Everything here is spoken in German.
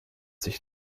sich